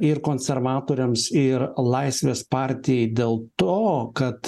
ir konservatoriams ir laisvės partijai dėl to kad